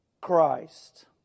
Christ